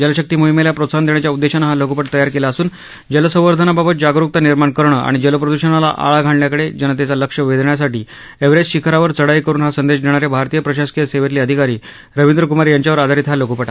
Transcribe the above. जलशक्ती मोहिमेला प्रोत्साहन देण्याच्या उद्देशानं हा लघ्पट तयार केला असून जलसंवर्धनाबाबत जागरुकता निर्माण करणं आणि जलप्रद्रषणाला आळा घालण्याकडे जनतेचं लक्ष वेधण्यासाठी एव्हरेस्ट शिखरावर चढाई करून हा संदेश देणारे भारतीय प्रशासकीय सेवेतले अधिकारी रवींद्र क्मार यांच्यावर आधारित हा लघ्पट आहे